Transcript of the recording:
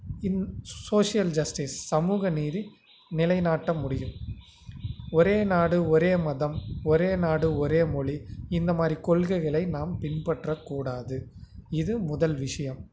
இந்த social justice சமூக நீதி நிலைநாட்ட முடியும் ஒரே நாடு ஒரே மதம் ஒரே நாடு ஒரே மொழி இந்த மாதிரி கொள்கைகளை நாம் பின்பற்றக்கூடாது இது முதல் விஷயம்